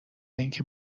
اینکه